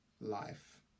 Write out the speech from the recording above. life